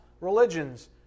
religions